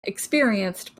experienced